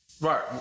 Right